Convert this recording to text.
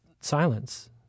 silence